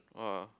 !wah!